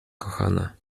kochana